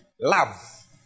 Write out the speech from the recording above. Love